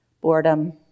boredom